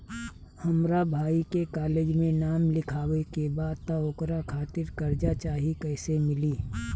हमरा भाई के कॉलेज मे नाम लिखावे के बा त ओकरा खातिर कर्जा चाही कैसे मिली?